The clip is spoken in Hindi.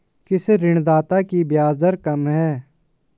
किस ऋणदाता की ब्याज दर कम है?